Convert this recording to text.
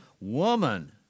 woman